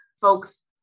folks